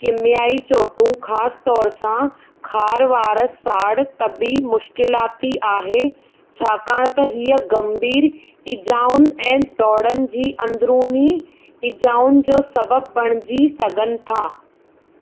कीमियाई चोटूं खासि तौर सां खार वारा साड़ु तबी मुश्किलाति आहे छाकाणि त हीअ गंभीर ईज़ाउनि ऐं दोड़नि जी अंदरुनी ईजाउनि जो सबबि बणिजी सघनि था